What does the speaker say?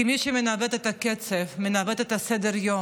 כי מי שמנווט את הקצב, מנווט את סדר-היום,